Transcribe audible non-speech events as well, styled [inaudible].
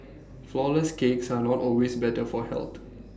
Flourless Cakes are not always better for health [noise]